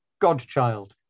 Godchild*